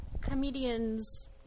comedians